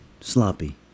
sloppy